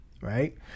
Right